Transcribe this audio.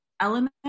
element